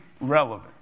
relevant